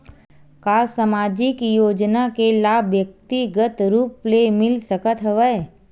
का सामाजिक योजना के लाभ व्यक्तिगत रूप ले मिल सकत हवय?